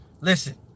listen